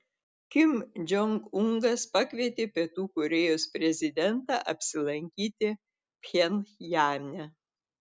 kim jong unas pakvietė pietų korėjos prezidentą apsilankyti pchenjane